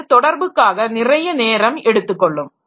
அது தொடர்புக்காக நிறைய நேரம் எடுத்துக் கொள்ளும்